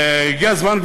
הגיע הזמן,